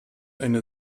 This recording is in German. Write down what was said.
eine